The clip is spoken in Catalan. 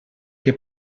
que